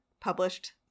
published